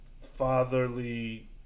fatherly